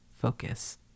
focus